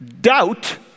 Doubt